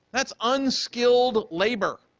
that's unskilled labor.